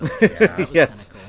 Yes